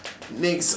next